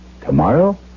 Tomorrow